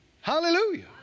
Hallelujah